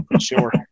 Sure